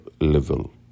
level